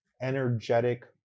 energetic